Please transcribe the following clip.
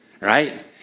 right